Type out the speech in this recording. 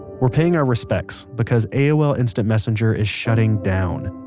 we're paying our respects because aol instant messenger is shutting down.